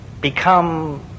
become